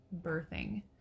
birthing